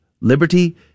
liberty